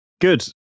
good